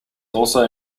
also